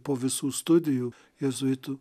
po visų studijų jėzuitų